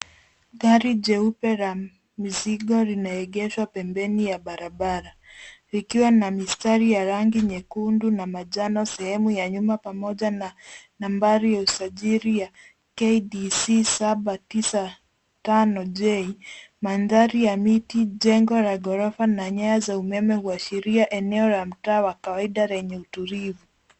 Gari jeupe la mizigo linaegeshwa pembeni ya barabara ikiwa na mistari ya rangi nyekundu na manjano sehemu ya nyuma pamoja na nambari ya usajili ya k d c saba tisa tano j . Mandhari ya miti jengo la ghorofa na nyaya umeme wa sheria eneo ya mtaa wa kawaida lenye utulivu.